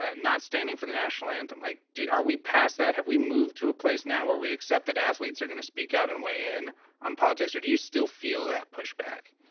ah not standing for the national anthem. like, are we past that? have we moved to a place now where we accept that athletes are gonna speak out and weigh in on politics? or do you still feel that pushback?